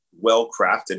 well-crafted